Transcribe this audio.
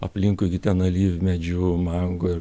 aplinkui gi ten alyvmedžių mango ir